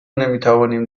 نمیتوانیم